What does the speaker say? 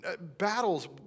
battles